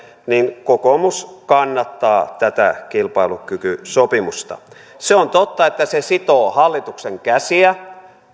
niin kokoomus kannattaa tätä kilpailukykysopimusta se on totta että se sitoo hallituksen käsiä